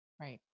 right